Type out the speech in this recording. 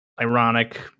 ironic